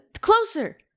Closer